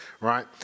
right